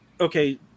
okay